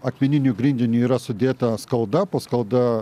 akmeniniu grindiniu yra sudėta skalda po skalda